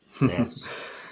Yes